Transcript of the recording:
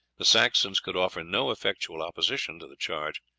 the saxons could offer no effectual opposition to the charge.